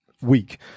week